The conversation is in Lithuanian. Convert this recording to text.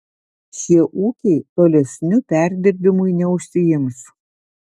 šie ūkiai tolesniu perdirbimui neužsiims